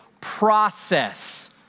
process